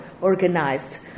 organized